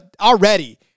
already